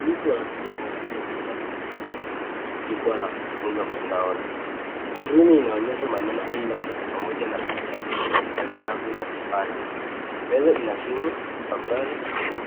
Mtu anatumia kompyuta mpakato kufikia jukwaa la kujifunza mtandaoni. Skrini inaonyesha maneno e-learning pamoja na picha ya vitabu na kipanya. Meza ina simu, daftari,